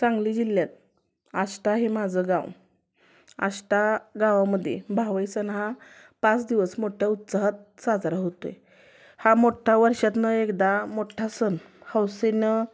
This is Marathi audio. सांगली जिल्ह्यात आष्टा हे माझं गाव आष्टा गावामध्ये भावई सण हा पाच दिवस मोठ्ठ्या उत्साहात साजरा होतो आहे हा मोठ्ठा वर्षातनं एकदा मोठ्ठा सण हौसेनं